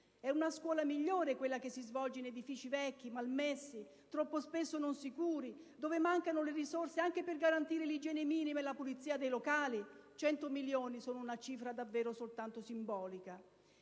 È una scuola migliore quella che si svolge in edifici vecchi, malmessi, troppo spesso non sicuri, dove mancano le risorse anche per garantire l'igiene minima e la pulizia dei locali? Cento milioni sono una cifra davvero soltanto simbolica.